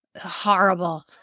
horrible